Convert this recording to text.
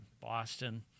Boston